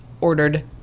ordered